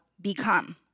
become